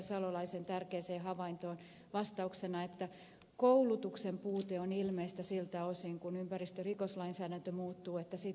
salolaisen tärkeään havaintoon vastauksena että koulutuksen puute on ilmeistä siltä osin kun ympäristörikoslainsäädäntö muuttuu